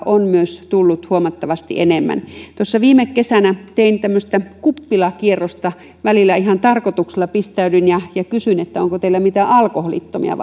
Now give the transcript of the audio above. on tullut huomattavasti enemmän tuossa viime kesänä tein tämmöistä kuppilakierrosta välillä ihan tarkoituksella pistäydyin ja ja kysyin että onko teillä mitään alkoholittomia